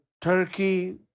Turkey